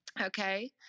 okay